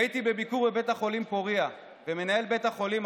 לא נעים לספר לך, כתבתי מכתב למנכ"ל משרד החוץ.